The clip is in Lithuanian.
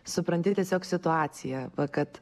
supranti tiesiog situaciją kad